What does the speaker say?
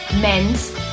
men's